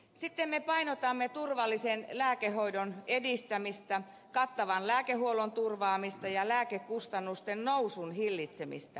sitten me painotamme turvallisen lääkehoidon edistämistä kattavan lääkehuollon turvaamista ja lääkekustannusten nousun hillitsemistä